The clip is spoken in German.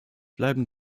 bleiben